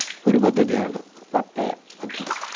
ഒരു പദ്ധതിയാണ് പട്ടയ പദ്ധതി